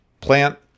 plant